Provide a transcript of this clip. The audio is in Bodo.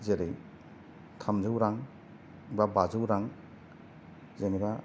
जेरै थामजौ रां बा बाजौ रां जेनोबा